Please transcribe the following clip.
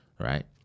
Right